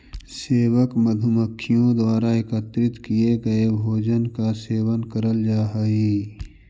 सेवक मधुमक्खियों द्वारा एकत्रित किए गए भोजन का सेवन करल जा हई